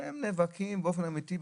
שהם נאבקים באופן אמיתי.